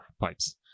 pipes